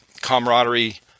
camaraderie